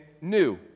new